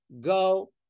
go